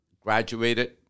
graduated